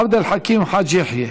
ואחריו, עבד אל חכים חאג' יחיא.